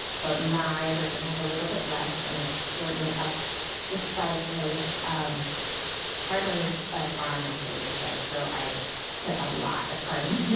but my version has a little bit less. and i've certainly upped the spices. um cardamom is by far my favorite spice, so i put a lot of cardamom and